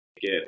get